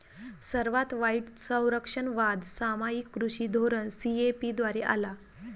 सर्वात वाईट संरक्षणवाद सामायिक कृषी धोरण सी.ए.पी द्वारे आला